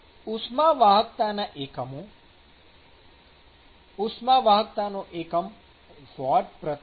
ઉષ્માવાહકતાના એકમો ઉષ્માવાહકતાનો એકમ વૉટમી